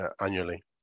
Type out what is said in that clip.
annually